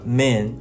men